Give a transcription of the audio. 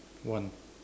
one